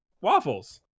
waffles